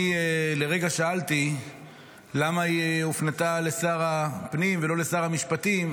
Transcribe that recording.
אני לרגע שאלתי למה היא הופנתה לשר הפנים ולא לשר המשפטים.